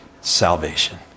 salvation